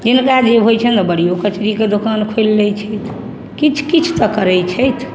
जिनका जे होइ छनि बड़िओ कचरीके दोकान खोलि लै छै किछु किछु तऽ करै छथि